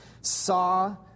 saw